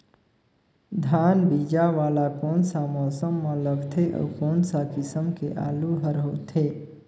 धान बीजा वाला कोन सा मौसम म लगथे अउ कोन सा किसम के आलू हर होथे?